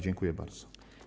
Dziękuję bardzo.